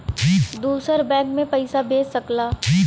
दूसर बैंक मे पइसा भेज सकला